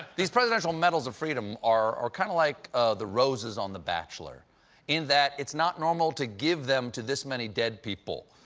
these presidential medals of freedom are kind of like ah the roses on the bachelor in that it's not normal to give them to this many dead people.